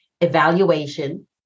evaluation